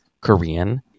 Korean